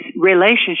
relationship